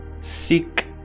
seek